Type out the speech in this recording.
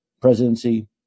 presidency